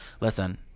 listen